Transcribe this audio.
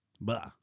Bah